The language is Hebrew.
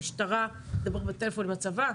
המשטרה תדבר בטלפון עם הצבא?